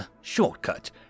shortcut